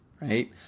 right